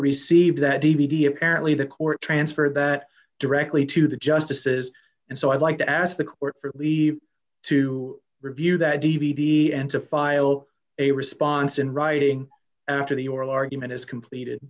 received that d v d apparently the court transferred that directly to the justices and so i'd like to ask the court for leave to review that d v d and to file a response in writing after the oral argument is completed